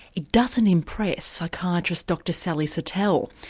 it doesn't impress psychiatrist dr sally satel.